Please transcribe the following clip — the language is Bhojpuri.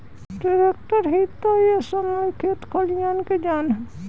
ट्रैक्टर ही ता ए समय खेत खलियान के जान ह